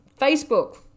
Facebook